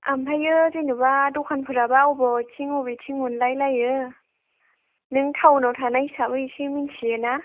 ओमफ्रायो जेनेबा दखानफोराबा बबेथिं बबेथिं मोनलायलायो नों टाउनाव थानाय हिसाबै एसे मिनथियोना